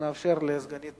נאפשר לסגנית